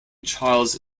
charles